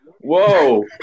Whoa